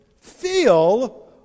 feel